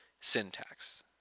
syntax